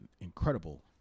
incredible